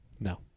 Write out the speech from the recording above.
No